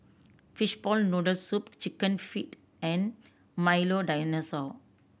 fishball noodle soup Chicken Feet and Milo Dinosaur